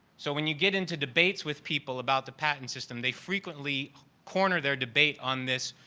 so, when you get into debates with people about the patent system, they frequently corner their debate on this,